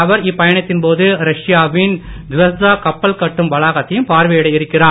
அவர் இப்பயணத்தின் போது ரஷ்யாவின் ஸ்வெஸ்தா கப்பல் கட்டும் வளாகத்தையும் பார்வையிட இருக்கிறார்